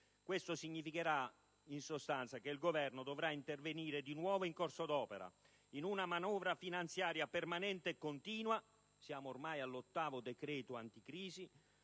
Questo significherà in sostanza che il Governo dovrà intervenire di nuovo in corso d'opera, in una manovra finanziaria permanente e continua - siamo ormai all'ottavo decreto-legge anticrisi